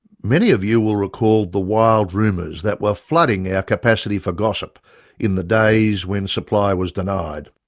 many of you will recall the wild rumours that were flooding our capacity for gossip in the days when supply was denied.